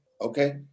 okay